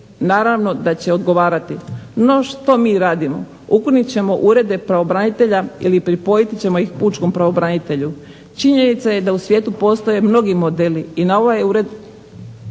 Naravno da će odgovarati. No, što mi radimo? Ukinut ćemo urede pravobranitelja ili pripojiti ćemo ih pučkom pravobranitelju. Činjenica je da u svijetu postoje mnogi modeli i ovaj ured